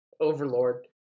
overlord